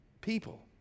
People